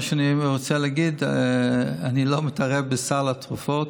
מה שאני רוצה להגיד: אני לא מתערב בסל התרופות.